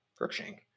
brookshank